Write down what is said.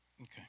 Okay